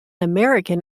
american